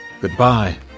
Goodbye